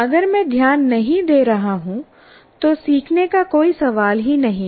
अगर मैं ध्यान नहीं दे रहा हूं तो सीखने का कोई सवाल ही नहीं है